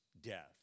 death